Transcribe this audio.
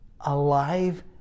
alive